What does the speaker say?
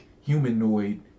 humanoid